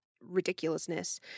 ridiculousness